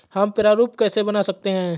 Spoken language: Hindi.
हम प्रारूप कैसे बना सकते हैं?